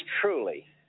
truly